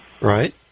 Right